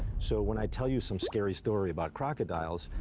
so when i tell you some scary story about crocodiles,